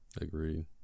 Agreed